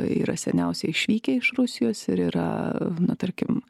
yra seniausiai išvykę iš rusijos ir yra na tarkim